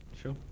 Sure